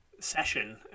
session